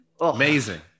Amazing